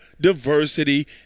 diversity